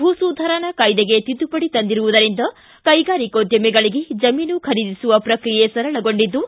ಭೂ ಸುಧಾರಣಾ ಕಾಯ್ದೆಗೆ ತಿದ್ದುಪಡಿ ತಂದಿರುವುದರಿಂದ ಕೈಗಾರಿಕೋದ್ಯಮಿಗಳಿಗೆ ಜಮೀನು ಖರೀದಿಸುವ ಪ್ರಕ್ರಿಯೆ ಸರಳಗೊಂಡಿದ್ದು